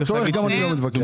על הצורך גם אני לא מתווכח.